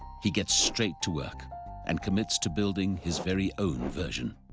he gets straight to work and commits to building his very own version.